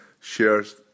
shares